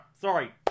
Sorry